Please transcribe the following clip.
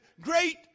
great